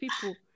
people